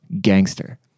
Gangster